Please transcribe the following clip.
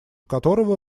которого